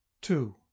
Two